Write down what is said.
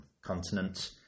Continent